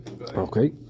Okay